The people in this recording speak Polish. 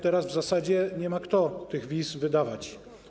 Teraz w zasadzie nie ma komu tych wiz wydawać.